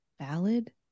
valid